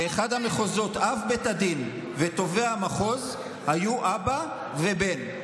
באחד המחוזות אב בית הדין ותובע המחוז היו אבא ובן,